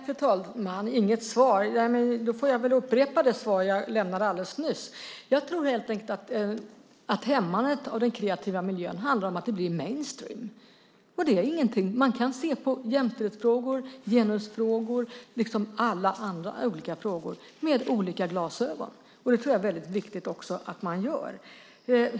Fru talman! Inget svar, säger Siv Holma. Då får jag väl upprepa det svar jag lämnade alldeles nyss. Jag tror helt enkelt att hämmandet av den kreativa miljön handlar om att det blir mainstream. Man kan se på jämställdhetsfrågor, genusfrågor och alla andra frågor med olika glasögon. Det är viktigt att man gör det.